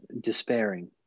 despairing